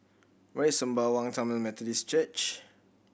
where is Sembawang Tamil Methodist Church